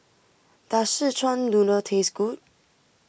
does Szechuan Noodle taste good